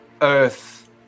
earth